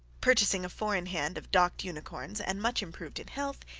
purchasing a four-in-hand of docked unicorns, and much improved in health,